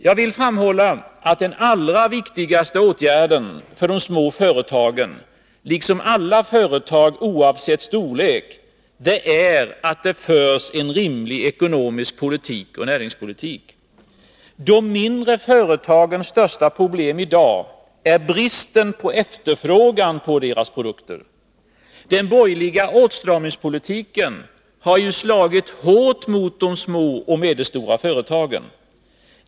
Jag vill framhålla att den allra viktigaste åtgärden för de små företagen, liksom för alla företag oavsett storlek, är att det förs en rimlig ekonomisk politik och näringspolitik. De mindre företagens största problem i dag är bristen på efterfrågan på deras produkter. Den borgerliga åtstramningspolitiken har slagit hårt mot de små och medelstora företagen.